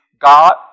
God